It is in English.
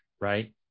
right